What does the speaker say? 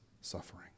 suffering